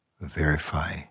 verify